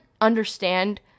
understand